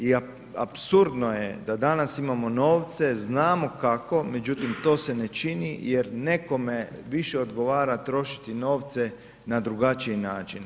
I apsurdno je da danas imamo novce, znamo kako, međutim to se ne čini jer nekome više odgovara trošiti novce na drugačiji način.